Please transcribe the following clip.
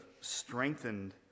strengthened